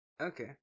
okay